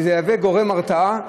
שזה יהיה גורם הרתעה,